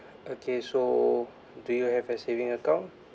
okay so do you have a saving account